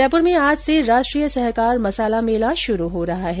जयपुर में आज से राष्ट्रीय सहकार मसाला मेला शुरू हो रहा है